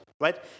right